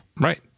Right